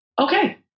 okay